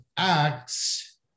Acts